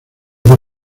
por